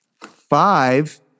five